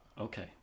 Okay